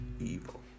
evil